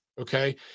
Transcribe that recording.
Okay